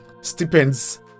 stipends